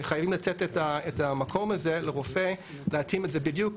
וחייבין לתת את המקום הזה לרופא להתאים את זה בדיוק.